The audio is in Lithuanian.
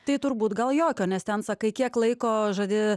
tai turbūt gal jokio nes ten sakai kiek laiko žadi